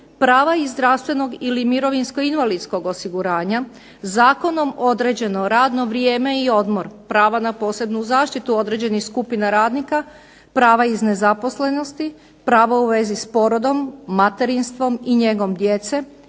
prava iz zdravstvenog ili mirovinsko-invalidskog osiguranja zakonom određeno radno vrijeme i odmor, prava na posebnu zaštitu određenih skupina radnika, prava iz nezaposlenosti, pravo u vezi s porodom, materinstvom i njegom djece